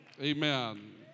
Amen